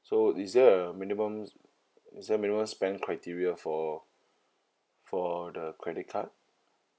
so is there a minimum is there minimum spend criteria for for the credit card